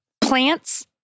plants